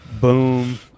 boom